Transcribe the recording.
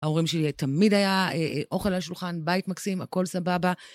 ההורים שלי תמיד היה אוכל על שולחן, בית מקסים, הכל סבבה.